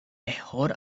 mejor